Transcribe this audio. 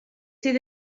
sydd